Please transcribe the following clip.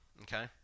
okay